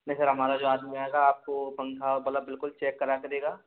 नहीं सर हमारा जो आदमी आएगा आपको पंखा बलफ बिल्कुल चेक करा के देगा